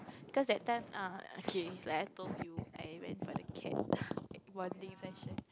cause that time ah okay like I told you I went for the camp bonding session